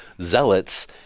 zealots